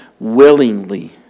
willingly